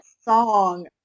song